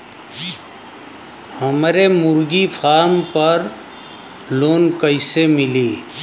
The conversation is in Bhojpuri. हमरे मुर्गी फार्म पर लोन कइसे मिली?